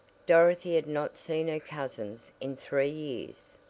dorothy had not seen her cousins in three years,